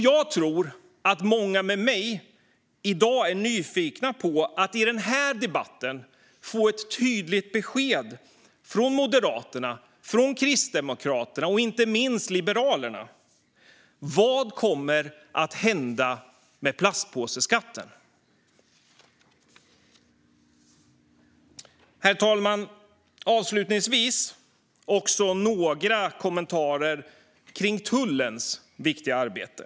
Jag tror att många med mig är nyfikna på att i denna debatt få ett tydligt besked från Moderaterna, Kristdemokraterna och, inte minst, Liberalerna om vad som kommer att hända med plastpåseskatten. Herr talman! Så några kommentarer om tullens viktiga arbete.